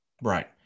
Right